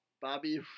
Bobby